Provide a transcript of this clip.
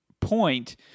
point